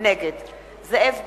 נגד זאב בוים,